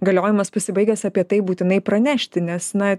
galiojimas pasibaigęs apie tai būtinai pranešti nes na